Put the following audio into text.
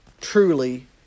truly